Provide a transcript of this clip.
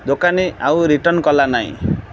ଦୋକାନୀ ଆଉ ରିଟର୍ନ୍ କଲା ନାହିଁ